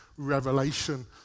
revelation